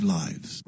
lives